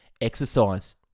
Exercise